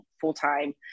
full-time